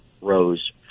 rose